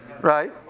Right